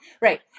Right